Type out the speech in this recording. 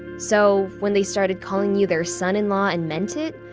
so when they started calling you their son-in-law and meant it,